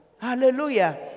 Hallelujah